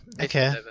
okay